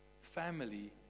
family